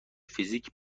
فیزیک